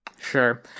sure